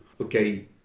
okay